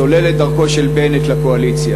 סולל את דרכו של בנט לקואליציה?